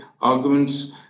arguments